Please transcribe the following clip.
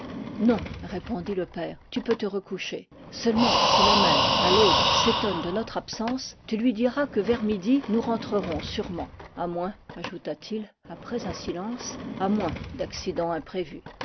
non répondit le père tu peux te recoucher seule ment si la mère à l'aube s'étonne de notre absence tu lui diras que vers midi nous rentrerons sûrement a moins ajouta-t-il après un silence à moins d'accident imprévu